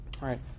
right